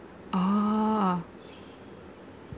ah